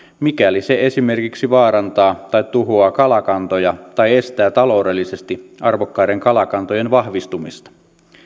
mikäli se esimerkiksi vaarantaa tai tuhoaa kalakantoja tai estää taloudellisesti arvokkaiden kalakantojen vahvistumista